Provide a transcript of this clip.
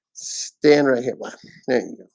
stand right hit one thing